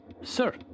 Sir